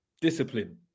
Discipline